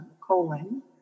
colon